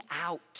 out